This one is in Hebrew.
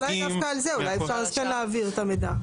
אז אולי דווקא על זה אפשר כן להעביר את המידע?